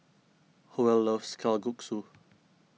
Howell loves Kalguksu